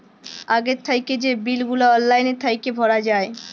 আগে থ্যাইকে যে বিল গুলা অললাইল থ্যাইকে ভরা যায়